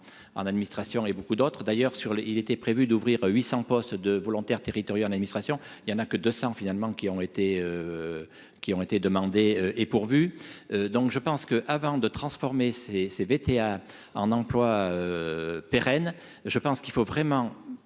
en administration et beaucoup d'autres d'ailleurs sur le il était prévu d'ouvrir 800 postes de volontaires territoriaux administration il y en a que 200 finalement qui ont été qui ont été demandés et pourvu. Donc je pense que, avant de transformer ces ces VTH en emplois pérennes, je pense qu'il faut vraiment,